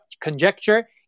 conjecture